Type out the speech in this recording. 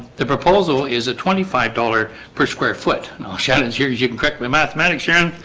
the proposal is a twenty five dollars per square foot. no shannon series you can correct my mathematics sharon,